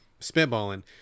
Spitballing